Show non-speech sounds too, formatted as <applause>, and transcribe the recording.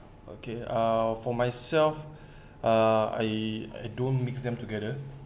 okay uh for myself <breath> uh I I don't mix them together